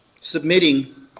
Submitting